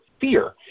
fear